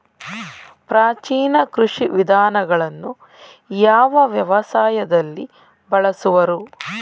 ಪ್ರಾಚೀನ ಕೃಷಿ ವಿಧಾನಗಳನ್ನು ಯಾವ ವ್ಯವಸಾಯದಲ್ಲಿ ಬಳಸುವರು?